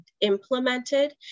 implemented